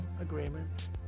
agreement